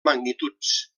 magnituds